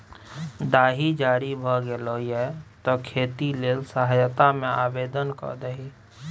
दाही जारी भए गेलौ ये तें खेती लेल सहायता मे आवदेन कए दही